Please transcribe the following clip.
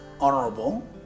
Honorable